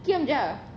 qiam jer